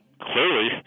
clearly